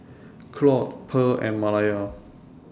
Claude Purl and Malaya